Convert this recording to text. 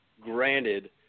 Granted